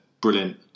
Brilliant